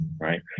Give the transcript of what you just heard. right